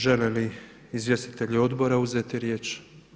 Žele li izvjestitelji odbora uzeti riječ?